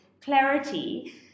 clarity